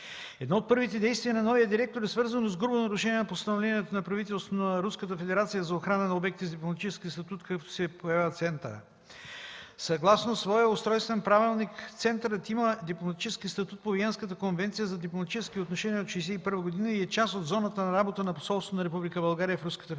Едно от първите действия на новия директор е свързано с грубо нарушение на постановлението на правителството на Руската федерация за охрана на обекти с дипломатически статут, какъвто се явява центърът. Съгласно своя устройствен правилник, центърът има дипломатически статут по Виенската конвенция за дипломатически отношения от 1961 г. и е част от зоната на работа на посолството на Република